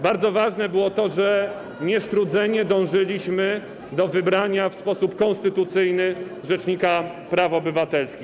Bardzo ważne było to, że niestrudzenie dążyliśmy do wybrania w sposób konstytucyjny rzecznika praw obywatelskich.